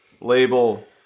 label